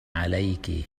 عليك